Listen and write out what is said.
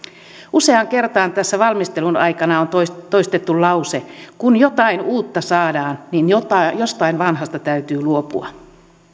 useaan kertaan valmistelun aikana on toistettu toistettu lause kun jotain uutta saadaan niin jostain vanhasta täytyy luopua